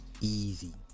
Easy